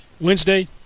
Wednesday